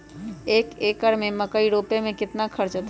एक एकर में मकई रोपे में कितना खर्च अतै?